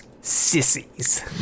sissies